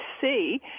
see